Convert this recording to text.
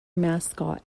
mascot